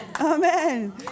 Amen